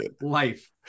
life